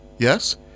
Yes